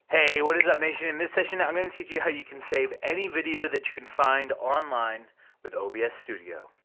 hey, what is up nation? in this session i'm gonna teach you how you can save any video that you can find online with obs studio.